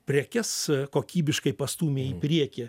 prekes kokybiškai pastūmė į priekį